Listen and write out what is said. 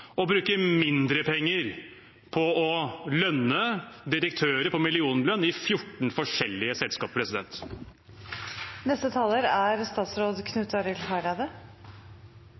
mindre penger på å lønne direktører på millionlønn i 14 forskjellige